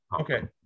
Okay